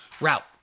route